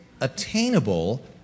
attainable